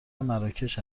مراکش